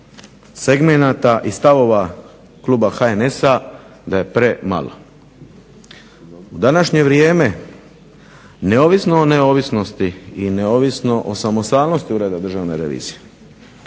segmenata i stavova kluba HNS-a da je premalo. U današnje vrijeme neovisno o neovisnosti i neovisno o samostalnosti Ureda državne revizije